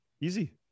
easy